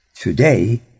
today